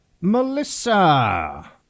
Melissa